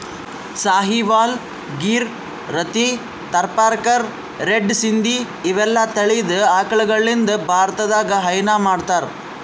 Sahiwal, Gir, Rathi, Tharparkar, red Sindhi ಇವೆಲ್ಲಾ ತಳಿದ್ ಆಕಳಗಳಿಂದ್ ಭಾರತದಾಗ್ ಹೈನಾ ಮಾಡ್ತಾರ್